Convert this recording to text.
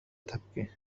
تبكي